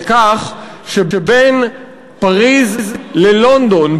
לכך שבין פריז ללונדון,